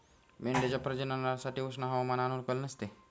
मेंढ्यांच्या प्रजननासाठी उष्ण हवामान अनुकूल नसते